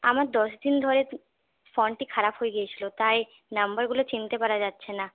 আমার দশদিন ধরে ফোনটি খারাপ হয়ে গিয়েছিল তাই নাম্বারগুলো চিনতে পাড়া যাচ্ছে না